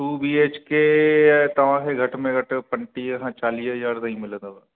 two B H K इहे तव्हांखे घटि में घटि पंटीह खां चालीह हज़ार ताईं मिलंदो